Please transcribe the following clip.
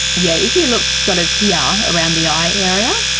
yeah if you look sort of here around the eye area,